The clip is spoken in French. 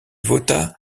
vota